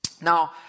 Now